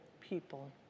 people